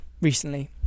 recently